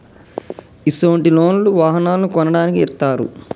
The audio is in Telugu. ఇసొంటి లోన్లు వాహనాలను కొనడానికి ఇత్తారు